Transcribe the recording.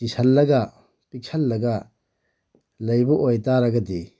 ꯆꯤꯁꯤꯜꯂꯒ ꯄꯤꯛꯁꯤꯜꯂꯒ ꯂꯩꯕ ꯑꯣꯏꯇꯔꯒꯗꯤ